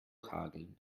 hageln